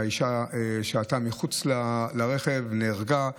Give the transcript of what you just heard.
האישה שהתה מחוץ לרכב, היא נהרגה,